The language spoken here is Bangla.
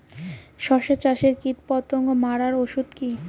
শসা চাষে কীটপতঙ্গ মারার ওষুধ কি?